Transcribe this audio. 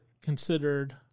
considered